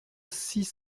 six